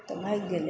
तऽ भागि गेलै